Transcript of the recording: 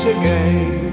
again